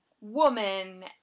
woman